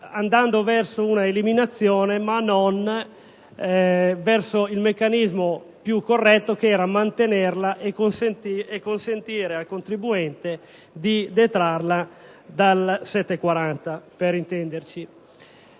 andando verso una sua eliminazione e non verso il meccanismo più corretto di mantenerla e consentire al contribuente di detrarla dal 740, per intenderci.